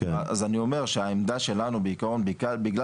אז אני אומר שהעמדה שלנו בעיקרון בגלל